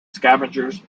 scavengers